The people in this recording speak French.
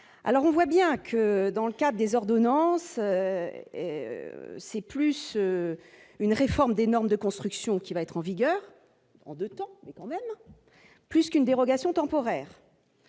alors on voit bien que dans le cas des ordonnances et c'est plus une réforme des normes de construction qui va être en vigueur en 2 temps, mais quand même plus qu'une dérogation temporaire,